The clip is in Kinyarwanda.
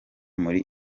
muri